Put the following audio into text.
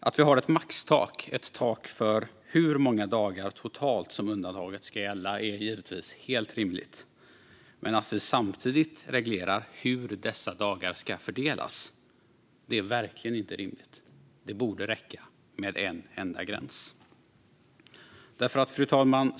Att vi har ett maxtak, ett tak för hur många dagar totalt som undantaget ska gälla, är givetvis helt rimligt, men att vi samtidigt reglerar hur dessa dagar ska fördelas är verkligen inte rimligt. Det borde räcka med en enda gräns. Fru talman!